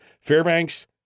Fairbanks